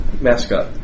mascot